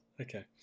Okay